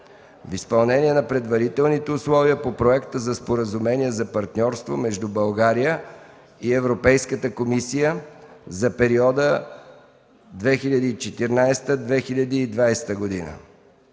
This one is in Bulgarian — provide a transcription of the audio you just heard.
в изпълнение на предварителните условия по проекта за Споразумение за партньорство между България и Европейската комисия за периода 2014-2020 г.